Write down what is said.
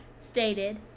stated